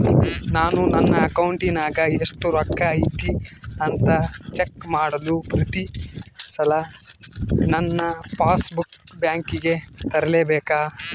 ನಾನು ನನ್ನ ಅಕೌಂಟಿನಾಗ ಎಷ್ಟು ರೊಕ್ಕ ಐತಿ ಅಂತಾ ಚೆಕ್ ಮಾಡಲು ಪ್ರತಿ ಸಲ ನನ್ನ ಪಾಸ್ ಬುಕ್ ಬ್ಯಾಂಕಿಗೆ ತರಲೆಬೇಕಾ?